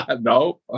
No